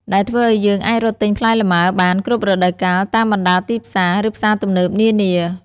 ដែលធ្វើឱ្យយើងអាចរកទិញផ្លែលម៉ើបានគ្រប់រដូវកាលតាមបណ្តាទីផ្សារ ឬផ្សារទំនើបនានា។